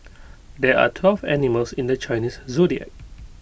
there are twelve animals in the Chinese Zodiac